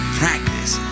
practice